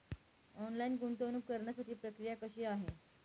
Online गुंतवणूक करण्यासाठी प्रक्रिया कशी आहे?